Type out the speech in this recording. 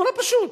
נורא פשוט.